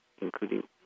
including